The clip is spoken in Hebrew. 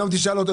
היום תשאל אותו,